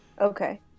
Okay